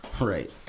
Right